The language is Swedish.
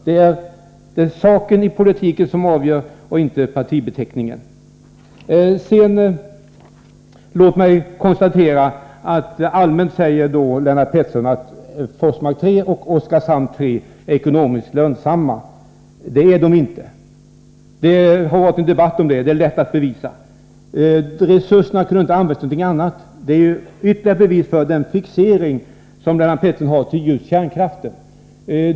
Det är saken i politiken som avgör och inte partibeteckningen. Lennart Pettersson säger rent allmänt att Forsmark 3 och Oskarhamn 3 är ekonomiskt lönsamma. Det är de inte. Det har det varit en debatt om, och det är lätt att bevisa. Resurserna kunde inte ha använts till någonting annat, säger Lennart Pettersson vidare, och det är ett ytterligare bevis för den fixering han har vid just kärnkraften.